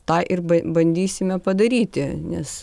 tą ir bandysime padaryti nes